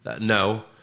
No